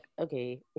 okay